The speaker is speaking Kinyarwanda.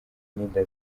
n’inda